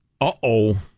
Uh-oh